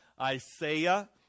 Isaiah